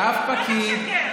אף פקיד.